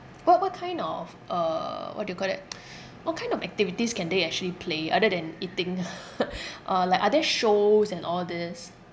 what what kind of uh what do you call that what kind of activities can they actually play other than eating uh like are there shows and all these